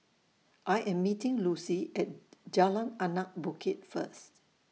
I Am meeting Lucie At Jalan Anak Bukit First